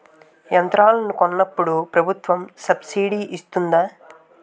యంత్రాలను కొన్నప్పుడు ప్రభుత్వం సబ్ స్సిడీ ఇస్తాధా?